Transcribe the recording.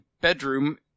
bedroom